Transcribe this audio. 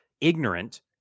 ignorant